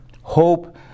hope